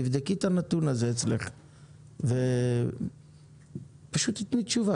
תבדקי את הנתון הזה אצלך ופשוט תני תשובה